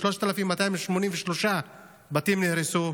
3,283 בתים נהרסו.